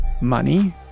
money